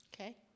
Okay